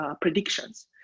predictions